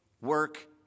work